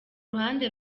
ruhande